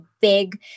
big